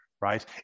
Right